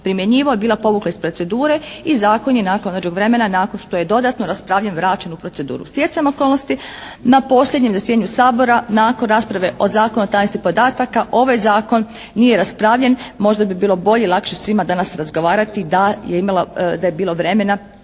primjenjivao i bila povukla iz procedure i zakon je nakon određenog vremena nakon što je dodatno raspravljen vraćen u proceduru. Stjecajem okolnosti na posljednjem zasjedanju Sabora nakon rasprave o Zakonu o tajnosti podataka ovaj Zakon nije raspravljen. Možda bi bilo bolje i lakše svima danas razgovarati da je imalo,